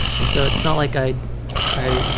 and so it's not like i i